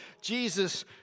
Jesus